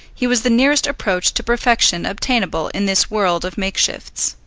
he was the nearest approach to perfection obtainable in this world of makeshifts.